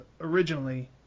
originally